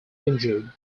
injured